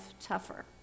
tougher